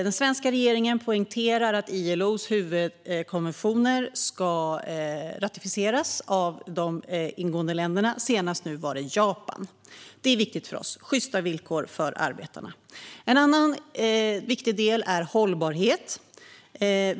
Den svenska regeringen poängterar att ILO:s huvudkonventioner ska ratificeras av de ingående länderna. Senast var det Japan. Det är viktigt för oss med sjysta villkor för arbetarna. En annan viktig del är hållbarhet.